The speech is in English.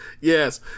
Yes